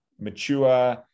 mature